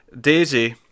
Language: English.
Daisy